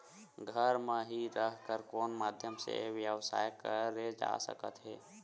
घर म हि रह कर कोन माध्यम से व्यवसाय करे जा सकत हे?